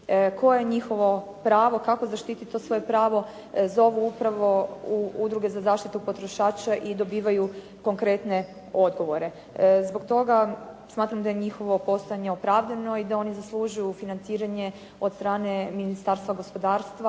koje je njihovo pravo, kako zaštiti to svoje pravo zovu upravo u udruge za zaštitu potrošača i dobivaju konkretne odgovore. Zbog toga smatram da je njihovo postojanje opravdano i da oni zaslužuju financiranje od strane Ministarstva gospodarstva,